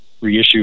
reissue